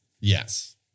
Yes